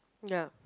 ya